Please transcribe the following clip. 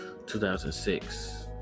2006